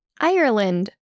Ireland